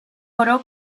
oro